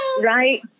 right